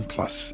Plus